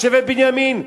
שבט בנימין?